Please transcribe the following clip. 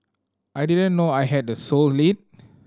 I didn't know I had the sole lead